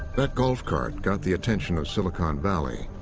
that golf cart got the attention of silicon valley,